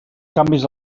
canvis